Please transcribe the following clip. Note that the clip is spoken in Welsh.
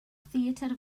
theatr